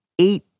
eight